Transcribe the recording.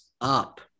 up